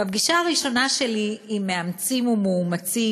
בפגישה הראשונה שלי עם מאמצים ומאומצים,